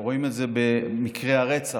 רואים את זה במקרי הרצח,